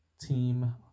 Team